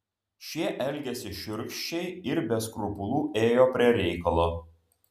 šie elgėsi šiurkščiai ir be skrupulų ėjo prie reikalo